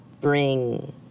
bring